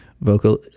vocal